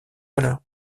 valeur